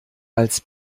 als